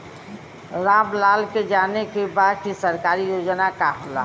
राम लाल के जाने के बा की सरकारी योजना का होला?